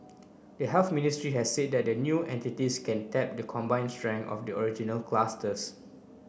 the Health Ministry has said that the new entities can tap the combined strength of the original clusters